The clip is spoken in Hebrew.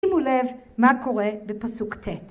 ‫שימו לב מה קורה בפסוק ט'.